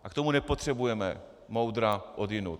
A k tomu nepotřebujeme moudra odjinud.